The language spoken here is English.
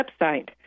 website